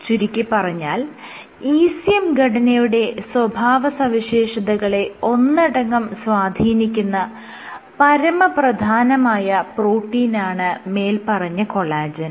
ചുരുക്കിപ്പറഞ്ഞാൽ ECM ഘടനയുടെ സ്വഭാവസവിശേഷതകളെ ഒന്നടങ്കം സ്വാധീനിക്കുന്ന പരമപ്രധാനമായ പ്രോട്ടീനാണ് മേല്പറഞ്ഞ കൊളാജെൻ